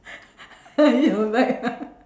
in your bag ah